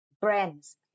brands